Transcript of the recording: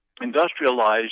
industrialized